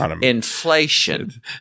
inflation